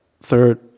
third